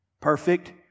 Perfect